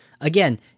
again